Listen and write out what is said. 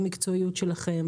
במקצועיות שלכם,